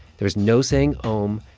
there is no saying om.